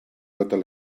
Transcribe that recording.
totes